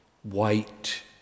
white